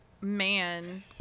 Man